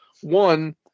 One